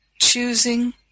choosing